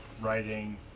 writing